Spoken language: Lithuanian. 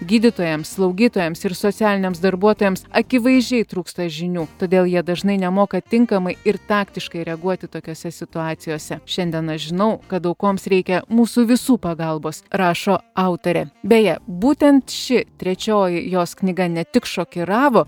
gydytojams slaugytojams ir socialiniams darbuotojams akivaizdžiai trūksta žinių todėl jie dažnai nemoka tinkamai ir taktiškai reaguoti tokiose situacijose šiandien aš žinau kad aukoms reikia mūsų visų pagalbos rašo autorė beje būtent ši trečioji jos knyga ne tik šokiravo